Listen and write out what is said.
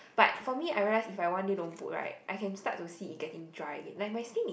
but for me I realise if I one day don't put right I can start to see it getting dry like my skin is